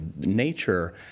nature